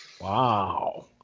wow